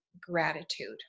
Gratitude